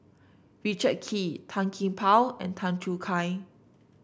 Richard Kee Tan Gee Paw and Tan Choo Kai